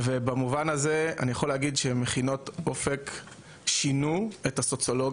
וראינו את הילדים